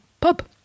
pub